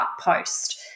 post